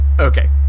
Okay